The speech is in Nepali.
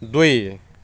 दुई